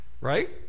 Right